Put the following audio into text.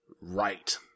right